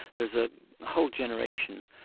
there's a whole generation,